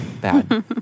bad